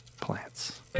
Plants